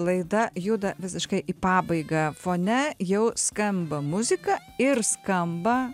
laida juda visiškai į pabaigą fone jau skamba muzika ir skamba